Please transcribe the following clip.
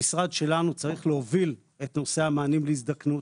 המשרד שלנו צריך להוביל את נושא המענים להזדקנות